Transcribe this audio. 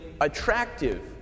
attractive